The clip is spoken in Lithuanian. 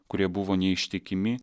kurie buvo neištikimi